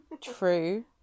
True